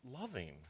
loving